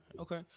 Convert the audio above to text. Okay